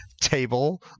table